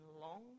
long